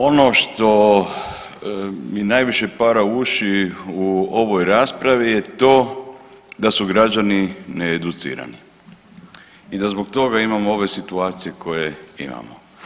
Ono što mi najviše para uši u ovoj raspravi je to da su građani ne educirani i da zbog toga imamo ove situacije koje imamo.